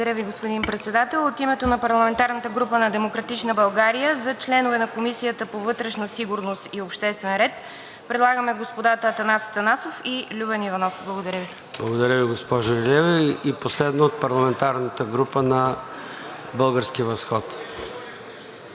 Благодаря Ви, господин Председател. От името на парламентарната група на „Демократична България“ за членове на Комисията по вътрешна сигурност и обществен ред предлагаме господата Атанас Атанасов и Любен Иванов. Благодаря Ви. ПРЕДСЕДАТЕЛ ЙОРДАН ЦОНЕВ: Благодаря Ви, госпожо Илиева. Последно от парламентарната група на „Български възход“.